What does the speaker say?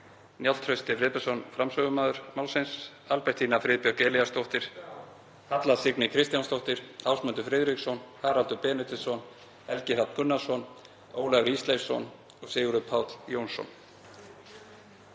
Njáll Trausti Friðbertsson, framsögumaður málsins, Albertína Friðbjörg Elíasdóttir, Halla Signý Kristjánsdóttir, Ásmundur Friðriksson, Haraldur Benediktsson, Helgi Hrafn Gunnarsson, Ólafur Ísleifsson og Sigurður Páll Jónsson.